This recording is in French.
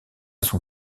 son